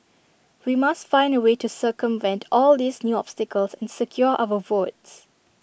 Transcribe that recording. we must find A way to circumvent all these new obstacles and secure our votes